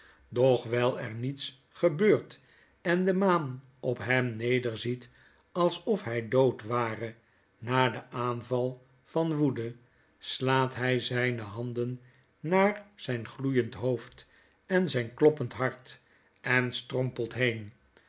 doch wgl er niets gebeurt en de maan op hem neder ziet alsof hij dood ware na den aanval van woede slaathij zijne handen naar zijn gloeiend hoofd en zgn kloppend hart en strompelt heen